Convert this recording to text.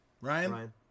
Ryan